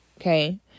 Okay